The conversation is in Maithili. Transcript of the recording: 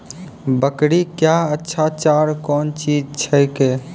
बकरी क्या अच्छा चार कौन चीज छै के?